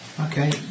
Okay